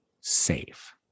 safe